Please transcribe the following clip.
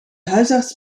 huisarts